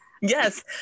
Yes